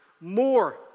more